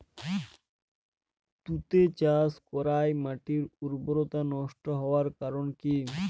তুতে চাষ করাই মাটির উর্বরতা নষ্ট হওয়ার কারণ কি?